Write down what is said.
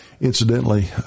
Incidentally